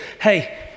hey